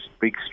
big